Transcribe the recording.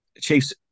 Chiefs